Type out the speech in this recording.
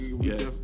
yes